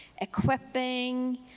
equipping